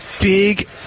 big